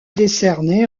décernée